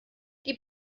die